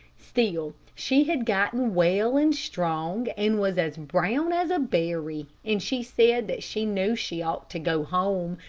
still, she had gotten well and strong, and was as brown as a berry, and she said that she knew she ought to go home,